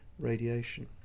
radiation